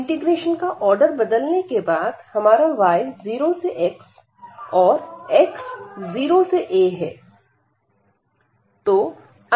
integration का order बदलने के बाद हमारा y 0 से x है और x0 से a है